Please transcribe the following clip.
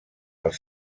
els